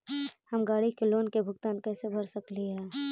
हम गाड़ी के लोन के भुगतान कैसे कर सकली हे?